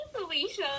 Felicia